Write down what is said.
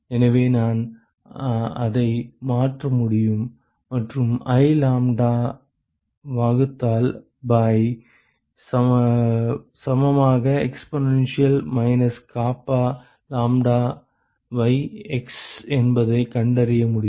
எனவே நான் அதை மாற்ற முடியும் மற்றும் I லாம்ப்டா வகுத்தல் பை சமமாக எக்ஸ்போனென்ஷியல் மைனஸ் கப்பா லாம்ப்டாவை x என்பதைக் கண்டறிய முடியும்